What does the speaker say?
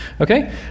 Okay